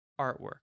artwork